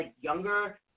younger